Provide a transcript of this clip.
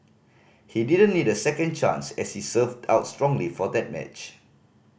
he didn't need a second chance as he served out strongly for that match